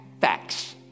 facts